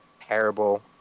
terrible